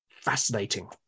fascinating